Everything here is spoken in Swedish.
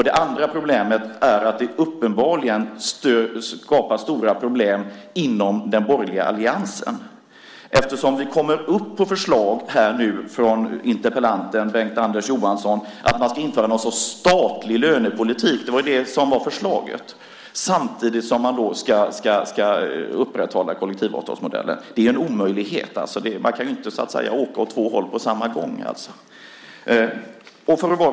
Det andra problemet är att det uppenbarligen skapar stora problem inom den borgerliga alliansen, eftersom det kommer upp förslag här nu från interpellanten Bengt-Anders Johansson att man ska införa någon sorts statlig lönepolitik. Det var ju det som var förslaget. Samtidigt ska man upprätthålla kollektivavtalsmodellen. Det är en omöjlighet. Man kan inte åka åt två håll på samma gång.